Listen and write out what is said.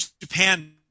Japan